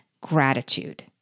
gratitude